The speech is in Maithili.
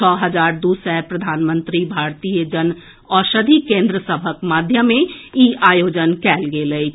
छओ हजार दू सय प्रधानमंत्री भारतीय जन औषधि कोन्द्र सभक माध्यमे ई आयोजन कयल गेल अछि